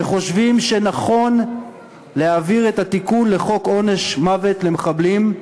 שחושבים שנכון להעביר את התיקון לחוק עונש מוות למחבלים,